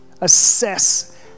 assess